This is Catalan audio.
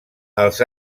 als